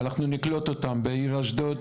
ואנחנו נקלוט אותם בעיר אשדוד,